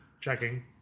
checking